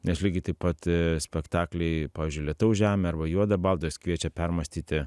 nes lygiai taip pat spektakliai pavyzdžiui lietaus žemė arba juoda balta juos kviečia permąstyti